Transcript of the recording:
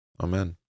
Amen